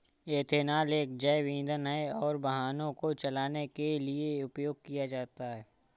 ethanol एक जैव ईंधन है और वाहनों को चलाने के लिए उपयोग किया जाता है